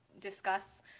discuss